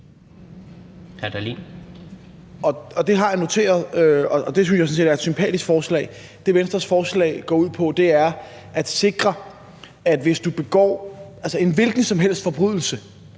Dahlin (V): Det har jeg noteret, og det synes jeg sådan set er et sympatisk forslag. Det, Venstres forslag går ud på, er at sikre, at hvis du begår en hvilken som helst forbrydelse